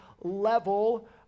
level